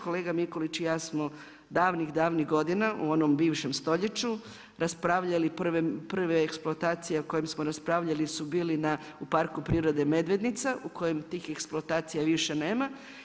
Kolega Mikulić i ja smo davnih, davnih godina u onom bivšem stoljeću raspravljali prve eksploatacije o kojima smo raspravljali su bili u Parku prirode Medvednica u kojim tih eksploatacija više nema.